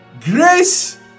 grace